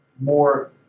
more